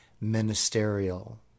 ministerial